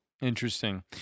Interesting